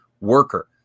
worker